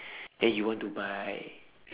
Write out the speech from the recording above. then you want to buy